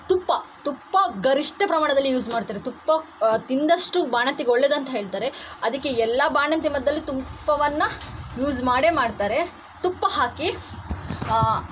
ತುಪ್ಪ ತುಪ್ಪ ಗರಿಷ್ಠ ಪ್ರಮಾಣದಲ್ಲಿ ಯೂಸ್ ಮಾಡ್ತಾರೆ ತುಪ್ಪ ತಿಂದಷ್ಟು ಬಾಣಂತಿಗೆ ಒಳ್ಳೇದು ಅಂತ ಹೇಳ್ತಾರೆ ಅದಕ್ಕೆ ಎಲ್ಲ ಬಾಣಂತಿ ಮದ್ದಲ್ಲೂ ತುಪ್ಪವನ್ನು ಯೂಸ್ ಮಾಡೇ ಮಾಡ್ತಾರೆ ತುಪ್ಪ ಹಾಕಿ